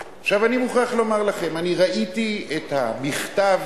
עכשיו, אני מוכרח לומר לכם שראיתי את המכתב